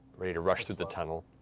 ready to rush through the tunnel.